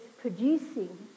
producing